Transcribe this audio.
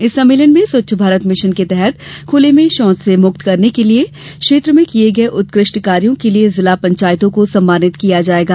इस सम्मेलन में स्वच्छ भारत मिशन के तहत खूले में शौच से मुक्त करने के क्षेत्र में किये गये उत्कृष्ट कार्यो के लिए जिला पंचायतों को सम्मानित किया जायेगा